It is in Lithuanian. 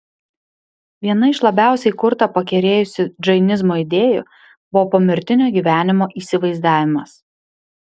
viena iš labiausiai kurtą pakerėjusių džainizmo idėjų buvo pomirtinio gyvenimo įsivaizdavimas